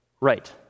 Right